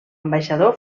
ambaixador